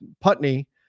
Putney